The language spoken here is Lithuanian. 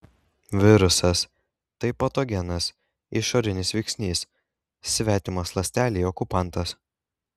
virusas tai patogenas išorinis veiksnys svetimas ląstelei okupantas